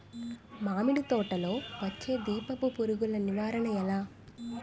మామిడి తోటలో వచ్చే దీపపు పురుగుల నివారణ ఎలా?